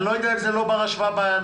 אני לא יודע אם זה לא בר השוואה באנשים,